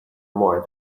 more